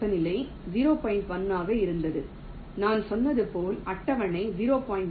1 ஆக இருந்தது நான் சொன்னது போல் அட்டவணை 0